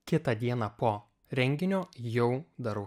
kitą dieną po renginio jau darau